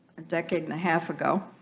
a decade and a half ago